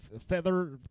feather